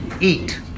eat